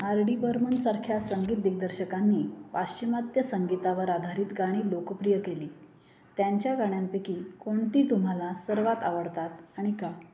R D बर्मनसारख्या संगीत दिग्दर्शकांनी पाश्चिमात्य संगीतावर आधारित गाणी लोकप्रिय केली त्यांच्या गाण्यांपैकी कोणती तुम्हाला सर्वात आवडतात आणि का